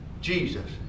Jesus